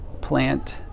plant